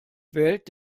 wählt